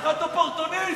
חתיכת אופורטוניסט.